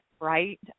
right